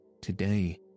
today